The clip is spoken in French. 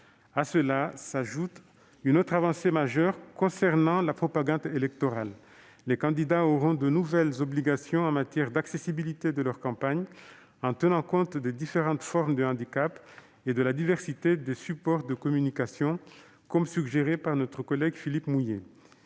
À cela s'ajoute une autre avancée majeure concernant la propagande électorale. Les candidats auront de nouvelles obligations en matière d'accessibilité de leur campagne : ils devront tenir compte des différentes formes de handicap et de la diversité des supports de communication, comme suggéré par notre collègue Philippe Mouiller.